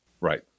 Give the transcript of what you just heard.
Right